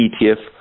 ETF